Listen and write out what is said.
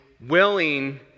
willing